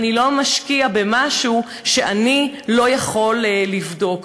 ואני לא משקיע במשהו שאני לא יכול לבדוק.